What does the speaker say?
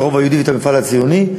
את הרוב היהודי ואת המפעל הציוני.